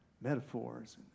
metaphors